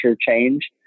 change